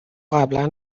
قبلا